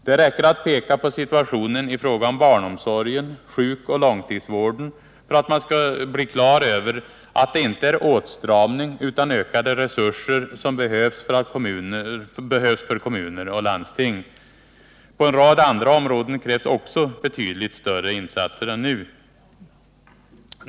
Det räcker att se på situationen i fråga om barnomsorgen, sjukoch långtidsvården för att man skall bli på det klara med att det inte är åtstramning utan ökade resurser som behövs för kommuner och landsting. På en rad andra områden krävs också betydligt större insatser än nu.